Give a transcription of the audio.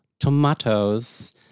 Tomatoes